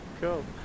Cool